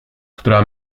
która